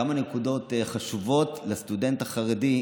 כמה נקודות חשובות לסטודנט החרדי,